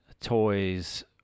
toys